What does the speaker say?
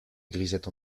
grisette